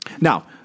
Now